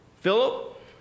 Philip